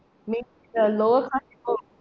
maybe the lower class people will